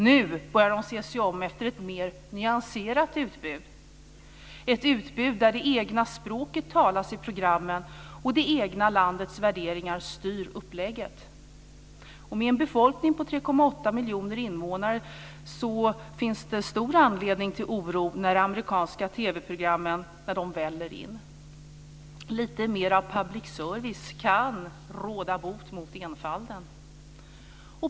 Nu börjar de se sig om efter ett mer nyanserat utbud, ett utbud där det egna språket talas i programmen och det egna landets värderingar styr upplägget. Med en befolkning på 3,8 miljoner invånare finns det stor anledning till oro när de amerikanska TV-programmen väller in. Lite mer av public service kan råda bot på enfalden.